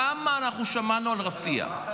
כמה אנחנו שמענו על רפיח.